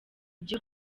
byo